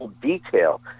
detail